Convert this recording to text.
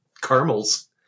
caramels